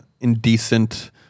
indecent